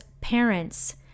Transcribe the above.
parents